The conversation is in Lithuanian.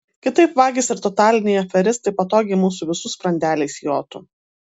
kitaip vagys ir totaliniai aferistai patogiai mūsų visų sprandeliais jotų